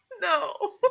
No